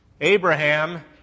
Abraham